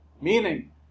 meaning